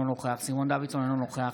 אינו נוכח סימון דוידסון,